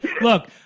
Look